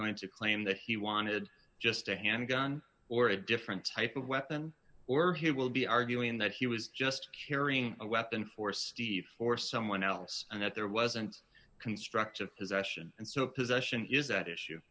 going to claim that he wanted just a handgun or a different type of weapon or he will be arguing that he was just carrying a weapon for steve or someone else and that there wasn't constructive possession and so possession is at issue